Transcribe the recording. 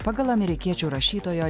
pagal amerikiečių rašytojo